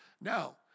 Now